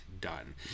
done